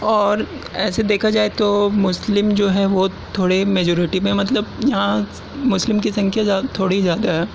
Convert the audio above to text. اور ایسے دیکھا جائے تو مسلم جو ہیں وہ تھوڑے میجارٹی میں مطلب یہاں مسلم کی سنکھیاں تھوڑی زیادہ ہے